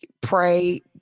pray